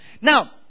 Now